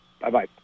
Bye-bye